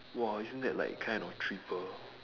!wah! isn't that like kind of triple